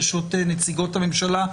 ברשות נציגות הממשלה,